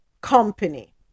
company